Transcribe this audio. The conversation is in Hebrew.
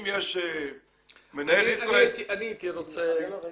אם מנהל ישראייר --- אני הייתי רוצה אולי